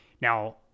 Now